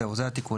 זהו, זה התיקון.